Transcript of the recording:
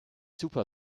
super